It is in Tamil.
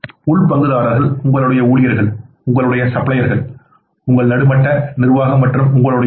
உள பங்குதாரர்கள் உங்கள் ஊழியர்கள் உங்கள் சப்ளையர்கள் உங்கள் நடுத்தர மட்ட நிர்வாகம் மற்றும் உங்களுடையதும் கூட